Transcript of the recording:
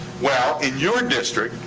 well, in your district,